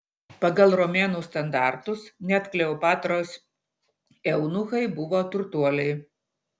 pagal romėnų standartus net kleopatros eunuchai buvo turtuoliai